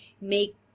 make